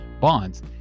bonds